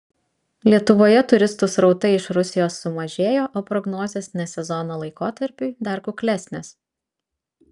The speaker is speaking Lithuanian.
lietuvoje turistų srautai iš rusijos sumažėjo o prognozės ne sezono laikotarpiui dar kuklesnės